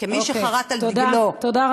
כמי שחרת על דגלו את החברתיות, תודה.